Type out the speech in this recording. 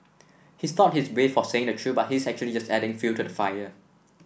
he thought he's brave for saying the truth but he's actually just adding fuel to the fire